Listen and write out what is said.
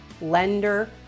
lender